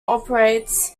operates